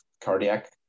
cardiac